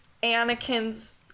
Anakin's